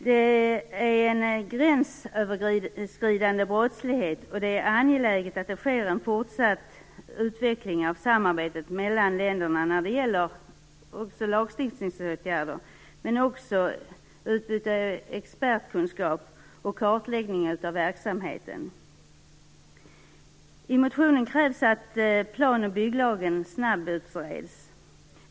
Detta är en gränsöverskridande brottslighet, och det är angeläget att det sker en fortsatt utveckling av samarbetet mellan länderna när det gäller lagstiftningsåtgärder, utbyte av expertkunskap och kartläggning av verksamheten. I Siw Perssons motion krävs att plan och bygglagen snabbutreds.